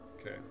Okay